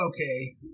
Okay